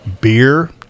beer